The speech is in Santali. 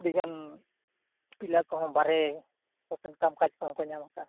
ᱟᱹᱰᱤᱜᱟᱱ ᱯᱤᱞᱟ ᱠᱚᱦᱚᱸ ᱵᱟᱨᱦᱮ ᱠᱟᱢ ᱠᱟᱡᱽ ᱠᱚᱦᱚᱸ ᱠᱚ ᱧᱟᱢ ᱠᱟᱜᱼᱟ